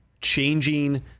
changing